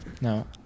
No